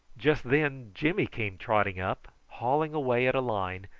just then jimmy came trotting up, hauling away at a line,